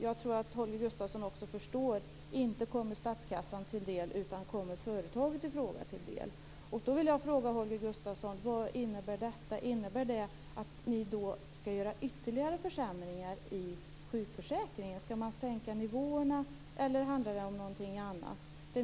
Jag tror att Holger Gustafsson också förstår att de pengarna inte skulle komma statskassan till del, utan de kommer företaget i fråga till del. Vad innebär detta, Holger Gustafsson? Innebär det att ni skall göra ytterligare försämringar i sjukförsäkringen? Skall nivåerna sänkas, eller handlar det om någonting annat?